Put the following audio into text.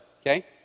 Okay